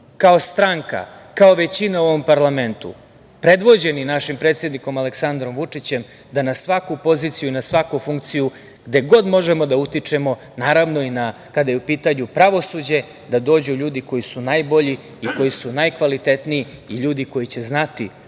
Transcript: kao stranka, kao većina u ovom parlamentu, predvođeni našim predsednikom Aleksandrom Vučićem, da na svaku poziciju i na svaku funkciju, gde god možemo da utičemo, naravno i kada je u pitanju pravosuđe da dođu ljudi koji su najbolji, koji su najkvalitetniji i ljudi koji će znati